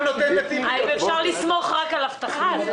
האם אפשר לסמוך רק על הבטחה?